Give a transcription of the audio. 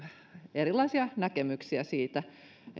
erilaisia näkemyksiä siitä